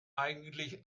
eigentlich